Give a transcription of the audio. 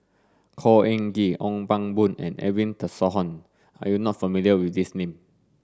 Khor Ean Ghee Ong Pang Boon and Edwin Tessensohn are you not familiar with these name